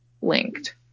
linked